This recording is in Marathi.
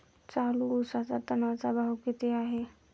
चालू उसाचा टनाचा भाव किती आहे?